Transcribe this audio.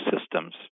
systems